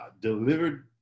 delivered